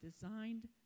designed